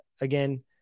Again